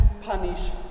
punish